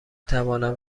توانم